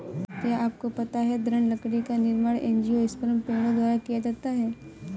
क्या आपको पता है दृढ़ लकड़ी का निर्माण एंजियोस्पर्म पेड़ों द्वारा किया जाता है?